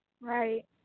Right